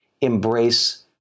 embrace